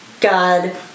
god